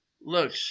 look